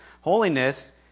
Holiness